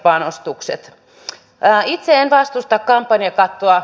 itse en vastusta kampanjakattoa